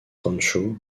rancho